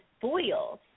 boils